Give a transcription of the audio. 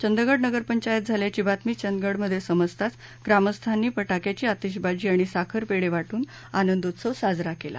चंदगड नगरपंचायत झाल्याची बातमी चंदगडमध्ये समजताच ग्रामस्थांनी फटाक्याची आतषबाजी आणि साखर पेढे वाटून आनंदोत्सव साजरा केला